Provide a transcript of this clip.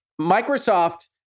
Microsoft